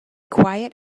quiet